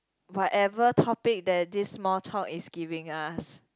whatever topic that this small talk is giving us